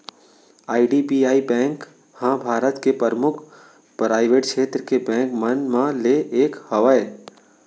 IDBI bank ह भारत के परमुख पराइवेट छेत्र के बेंक मन म ले एक हवय